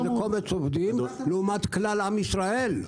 אבל זה קומץ עובדים לעומת כלל עם ישראל.